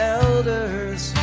elders